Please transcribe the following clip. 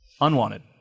Unwanted